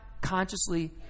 consciously